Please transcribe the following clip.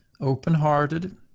open-hearted